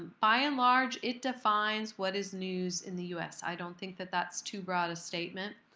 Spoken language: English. by and large it defines what is news in the us. i don't think that that's too broad a statement.